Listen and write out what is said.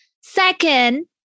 Second